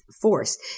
force